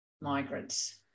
migrants